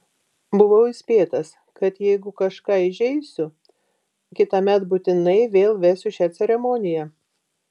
buvau įspėtas kad jeigu kažką įžeisiu kitąmet būtinai vėl vesiu šią ceremoniją